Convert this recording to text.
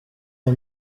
iyi